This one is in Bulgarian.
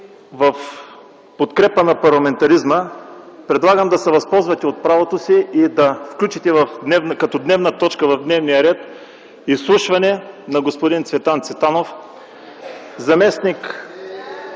в подкрепа на парламентаризма предлагам да се възползвате от правото си и да включите като точка в дневния ред – Изслушване на господин Цветан Цветанов – заместник